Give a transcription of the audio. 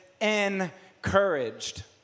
encouraged